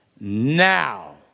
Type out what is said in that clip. Now